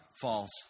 Falls